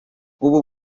ubu